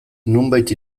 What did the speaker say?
nonbait